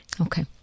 Okay